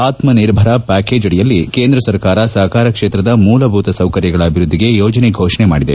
Atmanirbhar package ಅಡಿಯಲ್ಲಿ ಕೇಂದ್ರ ಸರ್ಕಾರ ಸಹಕಾರ ಕ್ಷೇತ್ರದ ಮೂಲಭೂತ ಸೌಕರ್ಯಗಳ ಅಭಿವೃದ್ದಿಗೆ ಯೋಜನೆ ಫೋಷಣೆ ಮಾದಿದೆ